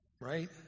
right